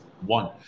One